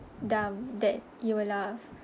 dumb that you will laugh